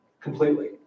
completely